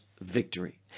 victory